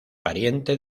pariente